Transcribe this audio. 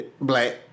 Black